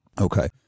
Okay